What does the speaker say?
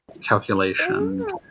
calculation